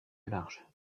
large